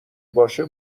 باشه